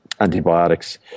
antibiotics